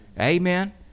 Amen